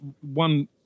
one